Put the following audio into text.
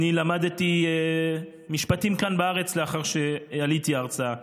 למדתי משפטים כאן בארץ לאחר שעליתי ארצה,